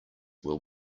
were